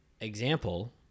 example